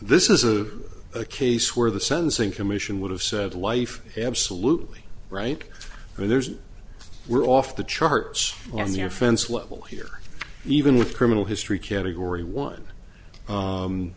this is a case where the sentencing commission would have said life absolutely right there's we're off the charts on the offense level here even with criminal history category one